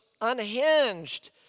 unhinged